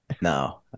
no